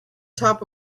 top